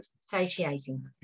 satiating